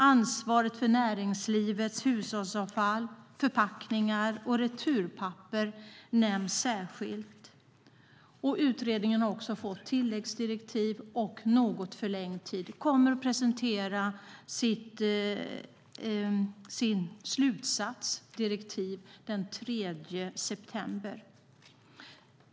Ansvaret för näringslivets hushållsavfall, förpackningar och returpapper nämns särskilt. Utredningen har också fått ett tilläggsdirektiv och en något förlängd tid och kommer att presentera sin slutsats och sina direktiv den 3 september.